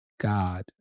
God